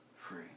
free